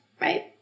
Right